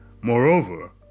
Moreover